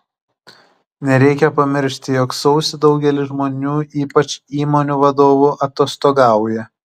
nereikia pamiršti jog sausį daugelis žmonių ypač įmonių vadovų atostogauja